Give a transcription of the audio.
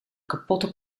kapotte